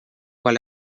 quan